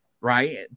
right